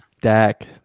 Dak